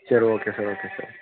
சரி okay sir okay sir